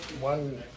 one